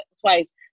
twice